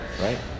right